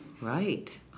Right